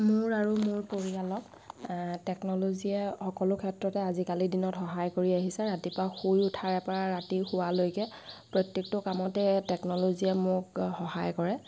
মোৰ আৰু মোৰ পৰিয়ালত টেকন'ল'জীয়ে সকলো ক্ষেত্ৰতে আজিকালিৰ দিনত সহায় কৰি আহিছে ৰাতিপুৱা শুই উঠাৰ পৰা ৰাতি শুৱালৈকে প্ৰত্যেকটো কামতে টেকন'ল'জীয়ে মোক সহায় কৰে